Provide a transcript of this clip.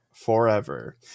Forever